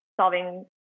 solving